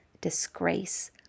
disgrace